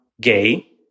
gay